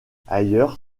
ailleurs